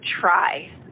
try